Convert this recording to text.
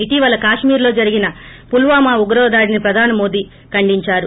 ఇటీవల కాశ్మీర్ లో జరిగిన పుల్నామా ఉగ్రదాడిని ప్రధాని మోదీ ఖండించారు